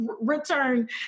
return